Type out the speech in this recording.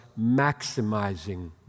maximizing